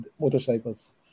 motorcycles